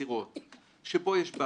בדיוק כמו שיש לאוניברסיטה הפתוחה,